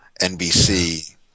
NBC